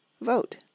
Vote